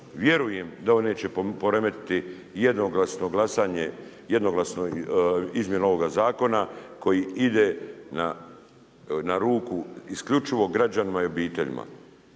vjerujem da ovo neće poremetiti jednoglasno glasanje, jednoglasno izmjenu ovoga zakona koji ide na ruku isključivo građanima i obiteljima.